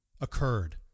occurred